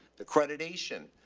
the creditation,